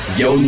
yo